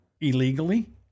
illegally